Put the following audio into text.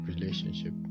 Relationship